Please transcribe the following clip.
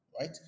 right